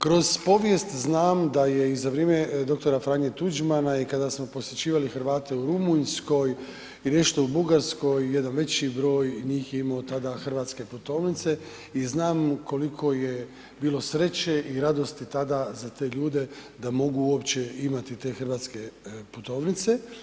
Kroz povijest znam da je i za vrijeme dr. Franje Tuđmana i kada smo posjećivali Hrvate u Rumunjskoj i nešto u Bugarskoj jedan veći broj njih je imao tada hrvatske putovnice i znam koliko je bilo sreće i radosti tada za te ljude da mogu uopće imate te hrvatske putovnice.